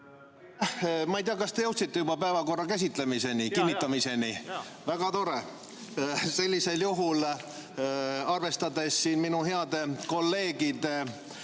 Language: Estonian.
Ma ei tea, kas te jõudsite juba päevakorra kinnitamiseni? Jaa, jaa. Väga tore. Sellisel juhul, arvestades minu heade kolleegide